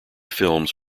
films